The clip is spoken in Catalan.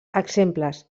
exemples